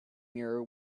mirror